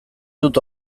dut